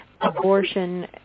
abortion